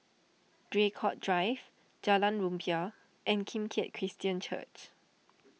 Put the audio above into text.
Draycott Drive Jalan Rumbia and Kim Keat Christian Church